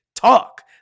Talk